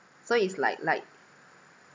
so it's like like